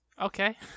okay